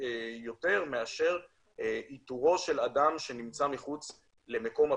יותר מאשר איתורו של אדם שנמצא מחוץ למקום הפיקוח.